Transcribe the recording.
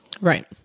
Right